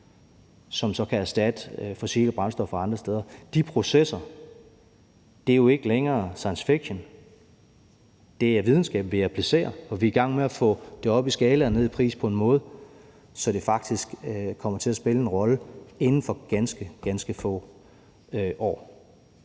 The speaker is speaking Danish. som så kan erstatte fossile brændstoffer andre steder – er jo processer, der ikke længere er science fiction. Det er videnskaben, vi applicerer, og vi er i gang med at få det op i skala og ned i pris på en måde, så det faktisk kommer til at spille en rolle inden for ganske,